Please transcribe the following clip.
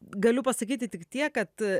galiu pasakyti tik tiek kad